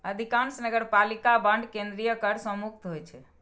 अधिकांश नगरपालिका बांड केंद्रीय कर सं मुक्त होइ छै